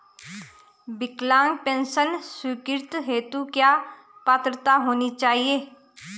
विकलांग पेंशन स्वीकृति हेतु क्या पात्रता होनी चाहिये?